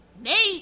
Nate